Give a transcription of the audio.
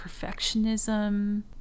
perfectionism